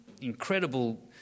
incredible